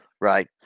Right